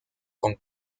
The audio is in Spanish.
con